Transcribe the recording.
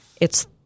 It's-